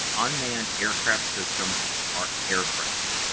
unmanned aircraft system our aircraft.